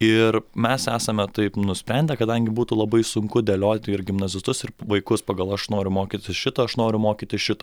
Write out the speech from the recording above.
mes esame taip nusprendę kadangi būtų labai sunku dėlioti ir gimnazistus ir vaikus pagal aš noriu mokytis šito aš noriu mokytis šito